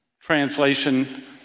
translation